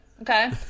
okay